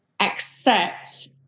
accept